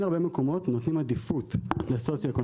כן הרבה מקומות נותנים עדיפות לסוציואקונומי נמוך.